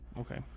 okay